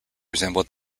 resemble